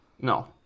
No